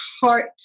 heart